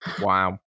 Wow